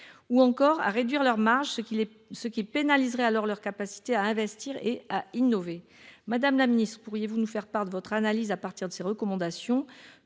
ou encore à réduire leurs marges, ce qui pénaliserait leur capacité à investir et à innover. Madame la ministre, pourriez-vous nous faire part de votre analyse à partir de ces recommandations ?